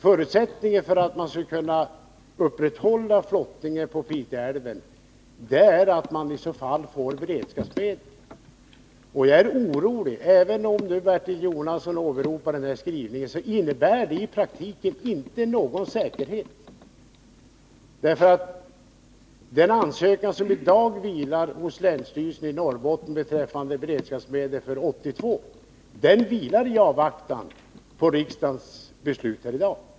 Förutsättningen för att man skall kunna upprätthålla flottningen på Piteälven är att man får beredskapsmedel. Jag är orolig. Även om Bertil Jonasson åberopar denna skrivning innebär den i praktiken inte någon säkerhet, därför att den ansökan som i dag vilar hos länsstyrelsen i Norrbotten beträffande beredskapsmedel för 1982 vilar i avvaktan på just riksdagens beslut här i dag.